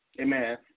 Amen